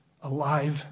Alive